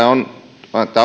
on